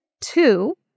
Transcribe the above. Two